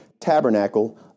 tabernacle